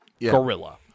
gorilla